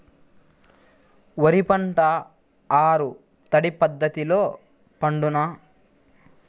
వరి పంట ఆరు తడి పద్ధతిలో పండునా?